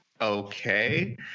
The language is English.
okay